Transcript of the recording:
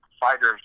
Fighters